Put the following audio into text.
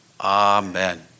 Amen